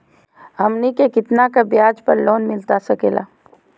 हमनी के कितना का ब्याज पर लोन मिलता सकेला?